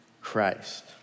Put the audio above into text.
Christ